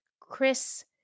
Chris